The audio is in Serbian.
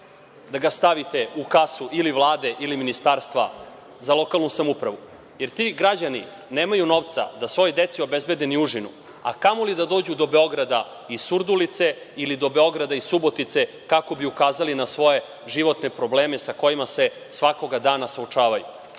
da ga stavite u kasu ili Vlade ili Ministarstva za lokalnu samoupravu, jer ti građani nemaju novca da svojoj deci obezbede ni užinu, a kamoli da dođu do Beograda i Surdulice ili do Beograda i Subotice kako bi ukazali na svoje životne probleme sa kojima se svakoga dana suočavaju. Verujte